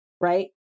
right